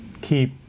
keep